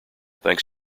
thanks